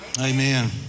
Amen